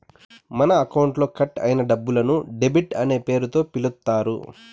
మన అకౌంట్లో కట్ అయిన డబ్బులను డెబిట్ అనే పేరుతో పిలుత్తారు